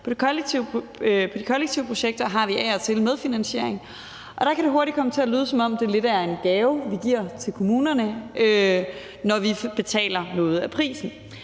På de kollektive projekter har vi af og til medfinansiering, og der kan det hurtigt komme til at lyde, som om det lidt er en gave, vi giver til kommunerne, når vi betaler noget af prisen.